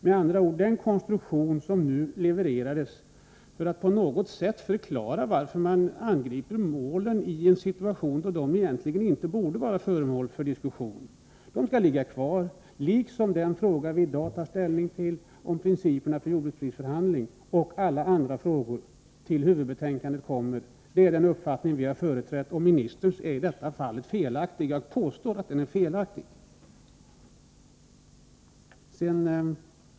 Med andra ord: Det är en konstruktion som har levererats för att på något sätt förklara varför man angriper målen i en situation, då de egentligen inte borde vara föremål för diskussion. De skall liksom den fråga som vi i dag tar ställning till om principerna för jordbruksprisförhandlingarna och alla andra frågor ligga kvar tills huvudbetänkandet kommer. Det är den uppfattning som vi har företrätt. Jag påstår att ministerns uppfattning i detta fall är felaktig.